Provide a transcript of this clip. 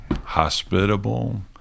hospitable